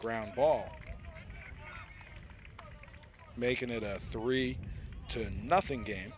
ground ball making it a three to nothing game